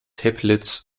teplitz